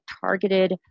targeted